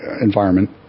environment